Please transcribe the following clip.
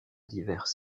divers